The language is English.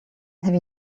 have